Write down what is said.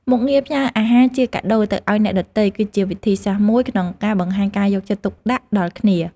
មុខងារផ្ញើអាហារជាកាដូទៅឱ្យអ្នកដទៃ គឺជាវិធីសាស្ត្រមួយក្នុងការបង្ហាញការយកចិត្តទុកដាក់ដល់គ្នា។